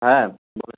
হ্যাঁ